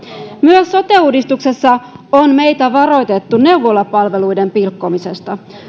myös sote uudistuksessa on meitä varoitettu neuvolapalveluiden pilkkomisesta